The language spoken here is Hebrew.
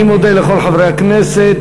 אני מודה לכל חברי הכנסת.